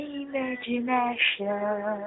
imagination